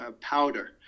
powder